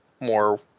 more